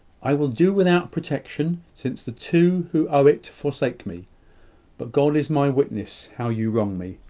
i will do without protection, since the two who owe it forsake me but god is my witness how you wrong me.